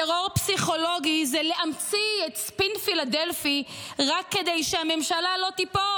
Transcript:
טרור פסיכולוגי זה להמציא את ספין פילדלפי רק כדי שהממשלה לא תיפול,